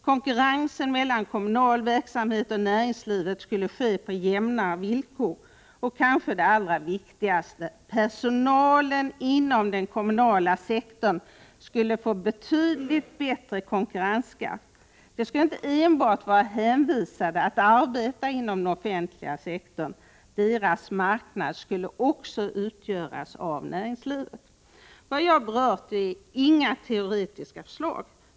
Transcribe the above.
Konkurrensen mellan kommunal verksamhet och näringslivet skulle ske på jämnare villkor och, vilket kanske är det allra viktigaste, de anställda inom den kommunala sektorn skulle få betydligt bättre konkurrenskraft. De skulle inte enbart vara hänvisade till att arbeta inom den offentliga sektorn. Deras marknad skulle även utgöras av näringslivet. Vad jag berört är inte några teoretiska förslag.